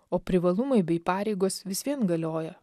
o privalumai bei pareigos vis vien galioja